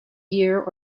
year